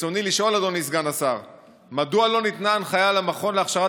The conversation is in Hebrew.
רצוני לשאול: מדוע לא ניתנה הנחיה למכון להכשרה